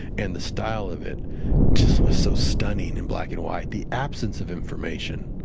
and the style of it just was so stunning in black and white. the absence of information,